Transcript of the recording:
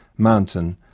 mountain,